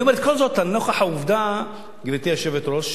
אני אומר כל זאת לנוכח העובדה, גברתי היושבת-ראש,